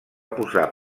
posar